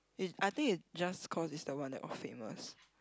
is I think is just cause is the one that got famous